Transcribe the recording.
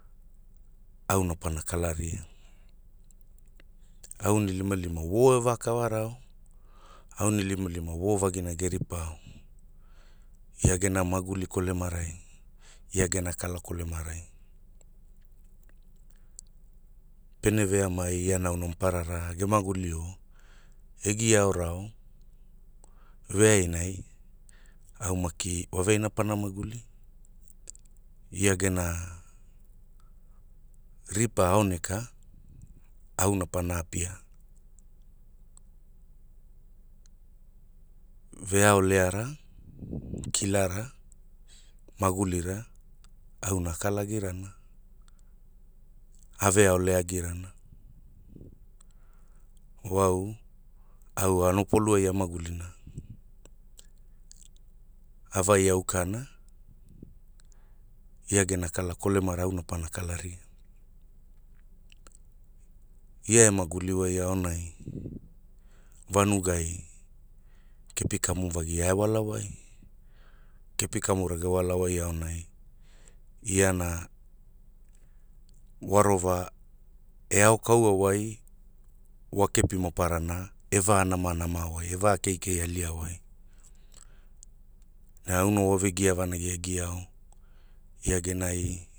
Auna pana kalaria, aunilimalima wo eva kavarao, aunilimalima wo vagina ge ripao, ia gena maguli kolemarai, ia gena kala kolemarai, pene veamai ia nauna maparara ge magulio, e gia aovao, veainai, au maki wa veaina pana maguli, ia gena, ripa aoneka auna pana apia, veaoleara, kilara, magulira, auna a kalagirana, a ve aoleaagirana, wau, au ano polu ai a magulina, a vai aukana, ia gena kala kolemara auna pana kalagira, ia e maguli wai aonai, vanugai, kepi kamuvagi ai e wala wai, kepi kamura ge wala wai aonai iana, wa rova, e au kaua wai, wa kepi maparana, e va nama nama wai e va keikei alia wai, na au no wo ve gia vanagia giao ia genai.